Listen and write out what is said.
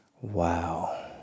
Wow